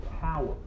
power